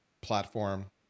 platform